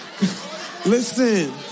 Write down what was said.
Listen